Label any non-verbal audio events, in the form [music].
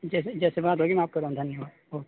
جیسے جیسے بات ہوگی میں آپ کو [unintelligible] اوکے